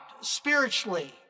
spiritually